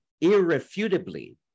irrefutably